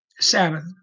Sabbath